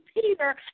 peter